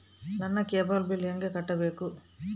ನನ್ನ cable bill ಹೆಂಗ ಕಟ್ಟಬೇಕು?